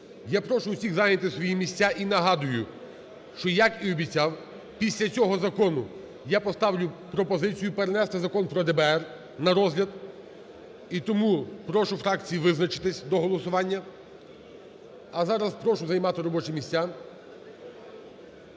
Я прошу всіх зайняти свої місця і нагадую, що, як і обіцяв, після цього закону я поставлю пропозицію перенести Закон про ДБР на розгляд і тому прошу фракції визначитися до голосування. А зараз прошу займати робочі місця.